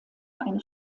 eine